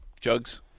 Jugs